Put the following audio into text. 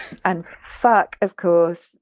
and fuck of course,